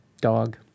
dog